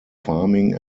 farming